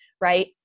right